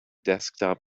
desktop